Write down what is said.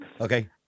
Okay